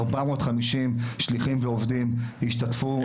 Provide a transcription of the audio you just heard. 450 שליחים ועובדים השתתפו,